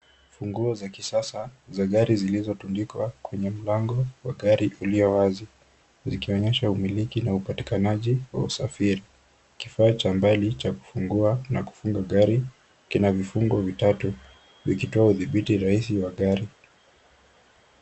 Funguo za kisasa za gari, zilizotundikwa kwenye mlango wa gari ulio wazi, zikionyesha umiliki na upatikanaji wa usafiri. Kifaa cha mbali cha kufungua na kufunga gari, kina vifunguo vitatu, vikitoa udhibiti rahisi wa gari.